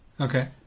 Okay